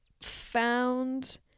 found